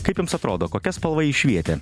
kaip jums atrodo kokia spalva ji švietė